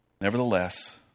Nevertheless